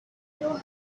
your